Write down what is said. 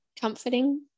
comforting